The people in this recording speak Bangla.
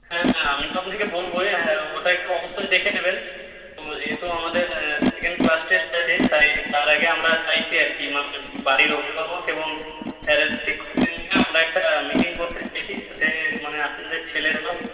হ্যাঁ আমি তো আপনাকে বলবোই হ্যাঁ ওটা একটু অবশ্যই দেখে নেবেন তো যেহেতু আমাদের সেকেন্ড ক্লাস টেস্ট আছে তাই তার আগে আমরা চাইছি আর কি মানে বাড়ির অভিভাবক এবং স্যারের শিক্ষকদের নিয়ে আমরা একটা মিটিং করতে চাইছি সে মানে আপনাদের ছেলেরাও